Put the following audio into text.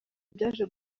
byaje